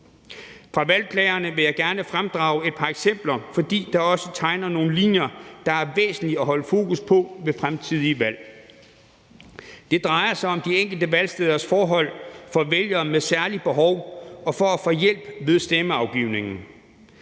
Fra valgklagerne vil jeg gerne fremdrage et par eksempler, fordi det også tegner nogle linjer, det er væsentligt at holde fokus på ved fremtidige valg. Det drejer sig om de enkelte valgsteders forhold for vælgere med særlige behov for at få hjælp ved stemmeafgivningen.